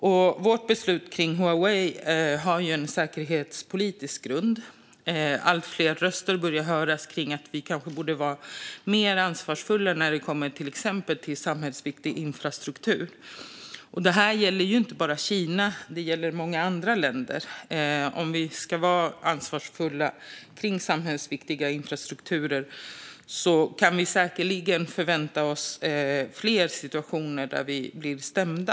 Sveriges beslut om Huawei har en säkerhetspolitisk grund. Allt fler röster börjar höras om att vi kanske borde vara mer ansvarsfulla när det kommer till exempelvis samhällsviktig infrastruktur. Och det här gäller ju inte bara Kina; det gäller många andra länder. Om vi ska vara ansvarsfulla när det gäller samhällsviktig infrastruktur kan vi säkerligen förvänta oss fler situationer där vi blir stämda.